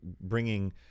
bringing